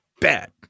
bad